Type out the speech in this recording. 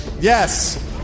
Yes